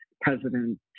President